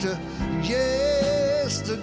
to the